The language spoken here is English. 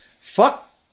fuck